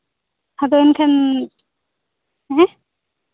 ᱟᱫᱚ ᱮᱱᱠᱷᱟᱱ ᱦᱮᱸ